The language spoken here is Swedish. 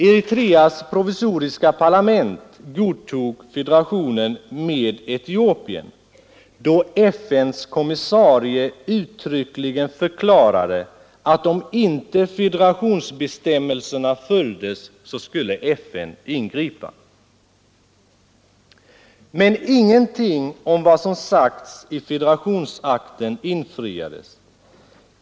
Eritreas provisoriska parlament godtog federationen med Etiopien, då FN:s kommissarie uttryckligen förklarade att om inte federationsbestämmelserna följdes skulle FN ingripa. Men ingenting av vad som sagts i federationsakten infriades.